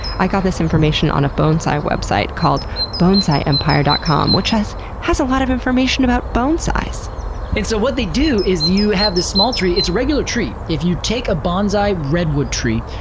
i got this information on a bone-sai website called bonsaiempire dot com, which has has a lot of information about bone-sais. and so what they do, is you have this small tree it's a regular tree. if you take a bonsai redwood tree,